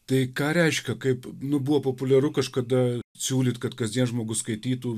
tai ką reiškia kaip nu buvo populiaru kažkada siūlyt kad kasdien žmogus skaitytų